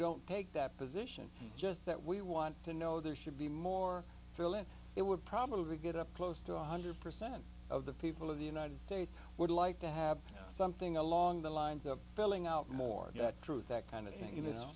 don't take that position just that we want to know there should be more drilling it would probably get up close to one hundred percent of the people of the united states would like to have something along the lines of filling out more truth that kind of and you know